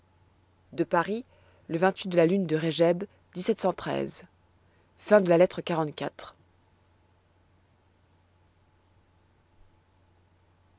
de paris le de la lune de lettre